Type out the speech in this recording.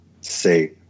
say